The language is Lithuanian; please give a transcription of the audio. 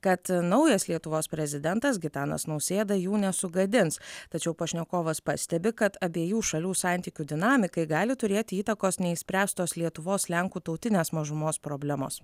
kad naujas lietuvos prezidentas gitanas nausėda jų nesugadins tačiau pašnekovas pastebi kad abiejų šalių santykių dinamikai gali turėti įtakos neišspręstos lietuvos lenkų tautinės mažumos problemos